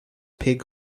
pig